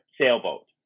sailboat